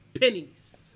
pennies